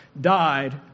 died